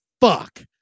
Fuck